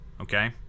okay